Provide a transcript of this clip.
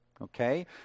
Okay